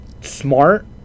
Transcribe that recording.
smart